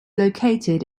located